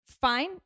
fine